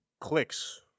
clicks